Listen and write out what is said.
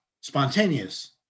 spontaneous